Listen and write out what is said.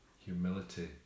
humility